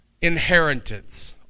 inheritance